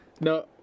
No